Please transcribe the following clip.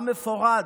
עם מפורד,